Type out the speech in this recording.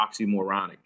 oxymoronic